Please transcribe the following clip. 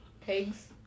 Pigs